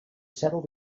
settled